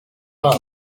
ariko